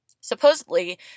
Supposedly